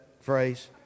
phrase